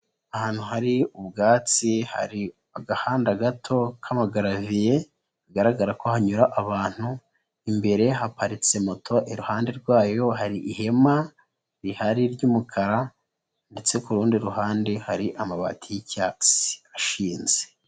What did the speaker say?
Ahantu hari ubwatsi hari agahanda gato k'amagaraviye bigaragara ko hanyura abantu imbere haparitse moto iruhande rwayo hari ihema rihari ry'umukara ndetse kuru rundi ruhande hari amabati y'icyatsi ashinze.